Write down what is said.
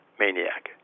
maniac